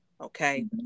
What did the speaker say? okay